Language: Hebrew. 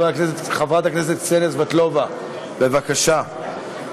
חברת הכנסת קסניה סבטלובה, בבקשה.